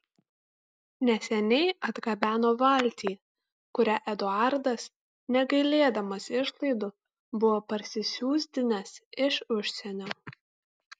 neseniai atgabeno valtį kurią eduardas negailėdamas išlaidų buvo parsisiųsdinęs iš užsienio